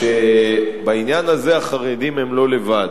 שבעניין הזה החרדים הם לא לבד.